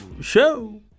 show